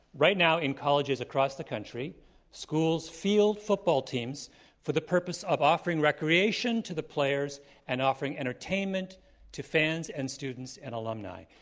right now in colleges across the country schools field football teams for the purpose of offering recreation to the players and offering entertainment to fans and students and alumni.